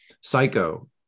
psycho